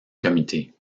comités